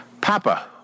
Papa